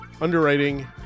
underwriting